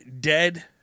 dead